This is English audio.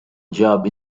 job